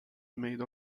made